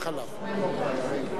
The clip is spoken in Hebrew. לא שומעים אותך.